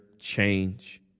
change